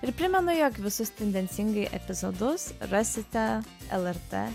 ir primenu jog visus tendencingai epizodus rasite lrt